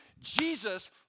Jesus